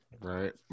right